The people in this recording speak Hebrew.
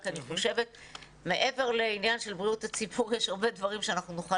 כי אני חושבת שמעבר לעניין של בריאות הציבור יש הרבה דברים שאנחנו נוכל